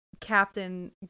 captain